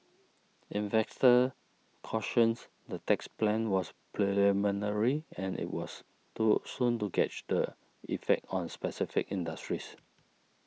investors cautions the tax plan was preliminary and it was too soon to gauge the effect on specific industries